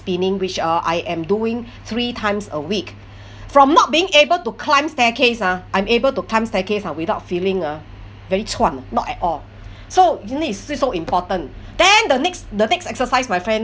spinning which uh I am doing three times a week from not being able to climb staircase ah I'm able to climb staircase ah without feeling uh very chuan not at all so really is s~ so important then the next the next exercise my friend